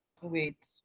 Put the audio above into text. Wait